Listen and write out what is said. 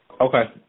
Okay